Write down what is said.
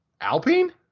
Alpine